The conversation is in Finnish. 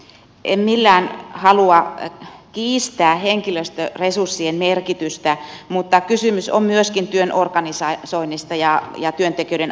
en millään halua kiistää henkilöstöresurssien merkitystä mutta kysymys on myöskin työn organisoinnista ja työntekijöiden ammattitaidosta